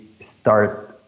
start